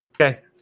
Okay